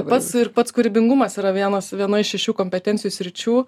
pats ir pats kūrybingumas yra vienos viena iš šešių kompetencijų sričių